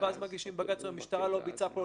מגישים בג"ץ --- אבל